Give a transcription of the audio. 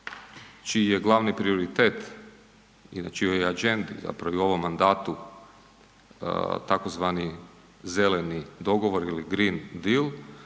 čiji je glavni prioritet i na čijoj je agendi zapravo i u ovom mandatu tzv. zeleni dogovor ili green deal